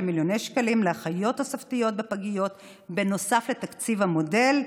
מיליוני שקלים לאחיות תוספתיות בפגיות נוסף לתקציב המודל.